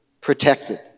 protected